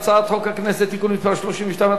הצעת חוק הכנסת (תיקון מס' 32),